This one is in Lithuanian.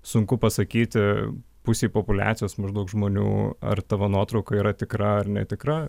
sunku pasakyti pusei populiacijos maždaug žmonių ar tavo nuotrauka yra tikra ar netikra